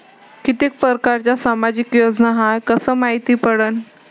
कितीक परकारच्या सामाजिक योजना हाय कस मायती पडन?